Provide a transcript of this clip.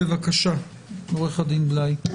בבקשה, עו"ד בליי.